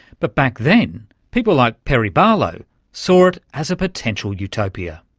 but back then people like perry barlow saw it as a potential utopia.